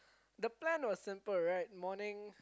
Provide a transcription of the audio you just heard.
the plan was simple right morning